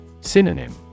Synonym